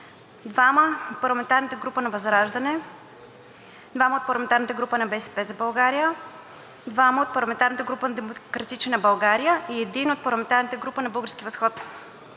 2 от парламентарната група ВЪЗРАЖДАНЕ, 2 от парламентарната група „БСП за България“, 2 от парламентарната група на „Демократична България“ и 1 от парламентарната група „Български възход“.